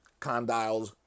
Condyles